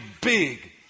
big